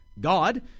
God